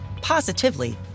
positively